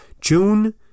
June